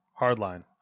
Hardline